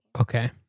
Okay